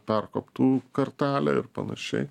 perkoptų kartelę ir panašiai